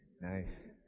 Nice